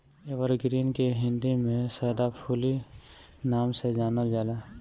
evergreen के हिंदी में सदाफुली नाम से जानल जाला